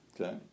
Okay